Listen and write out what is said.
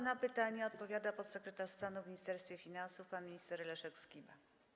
Na pytania odpowiada podsekretarz stanu w Ministerstwie Finansów pan minister Leszek Skiba.